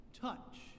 Touch